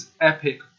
Epic